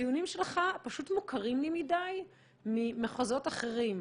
הטיעונים שלך מוכרים לי מדי ממחוזות אחרים.